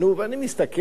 ואני מסתכל,